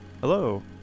Hello